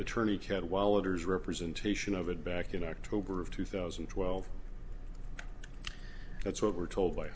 attorney care while others representation of it back in october of two thousand and twelve that's what we're told by